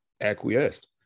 acquiesced